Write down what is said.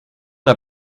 n’a